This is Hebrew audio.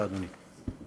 בבקשה, אדוני.